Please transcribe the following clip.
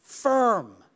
Firm